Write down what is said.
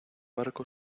barco